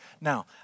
Now